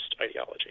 ideology